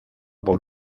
por